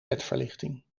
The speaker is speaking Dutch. ledverlichting